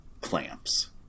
clamps